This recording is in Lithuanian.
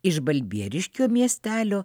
iš balbieriškio miestelio